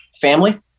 family